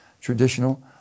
traditional